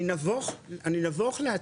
אני נבוך להציג,